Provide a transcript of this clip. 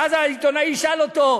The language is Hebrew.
ואז העיתונאי ישאל אותו: